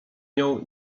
nią